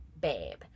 babe